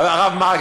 הרב מרגי,